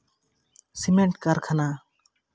cement ᱠᱟᱨᱠᱷᱟᱱᱟ